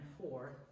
four